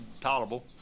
tolerable